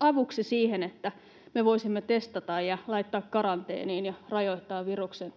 avuksi siihen, että me voisimme testata ja laittaa karanteeniin ja rajoittaa viruksen